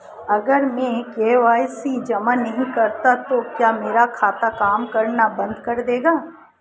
अगर मैं के.वाई.सी जमा नहीं करता तो क्या मेरा खाता काम करना बंद कर देगा?